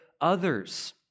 others